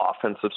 offensive